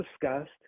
discussed